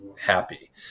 happy